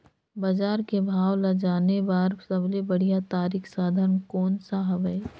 बजार के भाव ला जाने बार सबले बढ़िया तारिक साधन कोन सा हवय?